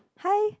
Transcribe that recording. high